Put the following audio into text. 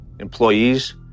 employees